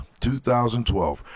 2012